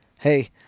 Hey